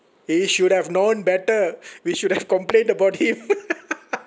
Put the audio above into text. he should have known better we should have complained about him